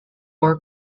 four